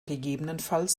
gegebenenfalls